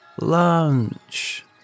lunch